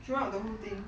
throughout the whole thing